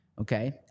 okay